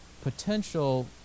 potential